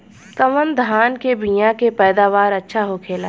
कवन धान के बीया के पैदावार अच्छा होखेला?